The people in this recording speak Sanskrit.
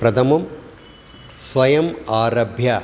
प्रथमं स्वयम् आरभ्य